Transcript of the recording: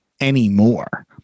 anymore